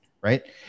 right